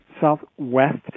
southwest